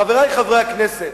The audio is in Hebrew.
חברי חברי הכנסת,